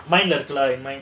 mine look like mine